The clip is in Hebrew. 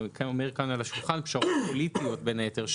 פשרות פוליטיות בין היתר,